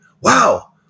wow